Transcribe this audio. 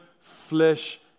flesh